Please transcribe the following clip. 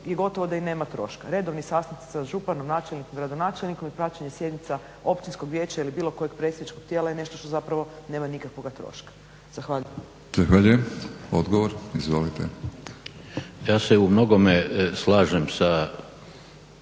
da gotovo i nema troška. Redovni sastanci sa županom, načelnikom, gradonačelnikom i praćenje sjednica općinskog vijeća ili bilo kojeg predstavničkog tijela je nešto što nema nikakvoga troška. Zahvaljujem. **Batinić, Milorad (HNS)** Zahvaljujem.